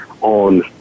on